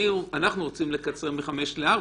אנחנו רוצים לקצר מ-5 ל-4.